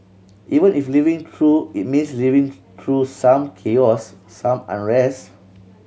even if living through it means living through some chaos some unrest